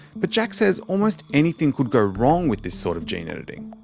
but jack says almost anything could go wrong with this sort of gene editing,